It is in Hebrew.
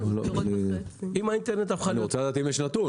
אם האינטרנט הפך להיות --- אני רוצה לדעת אם יש נתון.